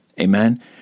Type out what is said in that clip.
Amen